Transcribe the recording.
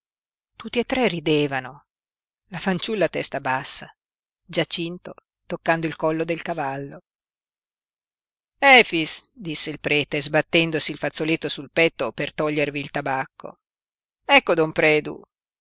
tutti e tre ridevano la fanciulla a testa bassa giacinto toccando il collo del cavallo efix disse il prete sbattendosi il fazzoletto sul petto per togliervi il tabacco ecco don predu